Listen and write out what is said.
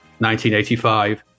1985